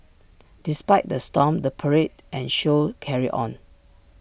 despite the storm the parade and show carried on